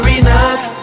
enough